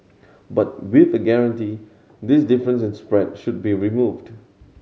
but with a guarantee this difference in spread should be removed